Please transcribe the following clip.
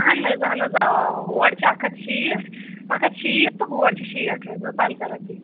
اہن حظ اہن حظ اوا اوا ہور چھِ اَکھ ہتھ شیٖتھ اَکھ ہَتھ شیٖتھ تہٕ ہور چھِ شیٹھ یہِ پَنٛژَاہ رۄپیہٕ